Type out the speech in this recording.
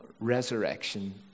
resurrection